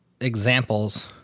examples